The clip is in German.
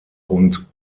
und